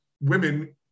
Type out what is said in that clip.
women